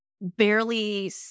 barely